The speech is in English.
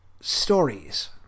stories